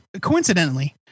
coincidentally